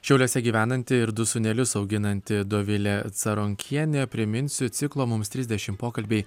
šiauliuose gyvenanti ir du sūnelius auginanti dovilė caronkienė priminsiu ciklą mums trisdešim pokalbiai